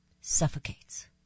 suffocates